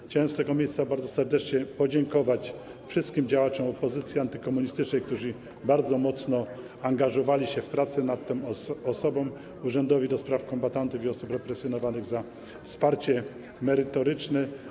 Chciałbym z tego miejsca bardzo serdecznie podziękować wszystkim działaczom opozycji antykomunistycznej, którzy bardzo mocno angażowali się w prace, oraz Urzędowi do Spraw Kombatantów i Osób Represjonowanych za wsparcie merytoryczne.